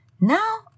Now